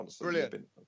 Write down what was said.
Brilliant